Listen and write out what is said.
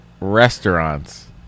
restaurants